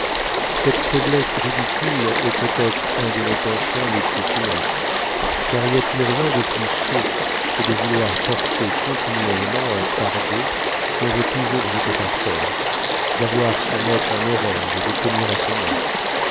cette faiblesse ridicule est peut-être un de nos penchants les plus funestes car y a-t-il rien de plus sot que de vouloir porter continuellement un fardeau qu'on veut toujours jeter par terre d'avoir son être en horreur et de tenir à son être